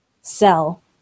sell